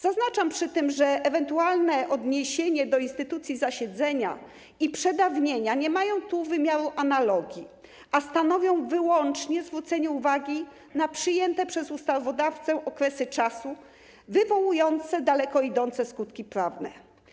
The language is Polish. Zaznaczam przy tym, że ewentualne odniesienia do instytucji zasiedzenia i przedawnienia nie mają tu wymiaru analogii, a stanowią wyłącznie zwrócenie uwagi na przyjęte przez ustawodawcę okresy wywołujące daleko idące skutki prawne.